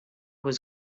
was